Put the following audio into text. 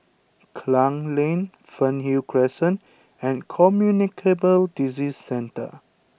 Klang Lane Fernhill Crescent and Communicable Disease Centre